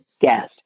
guest